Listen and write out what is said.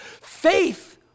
Faith